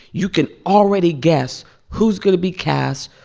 you can already guess who's going to be cast,